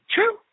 True